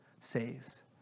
saves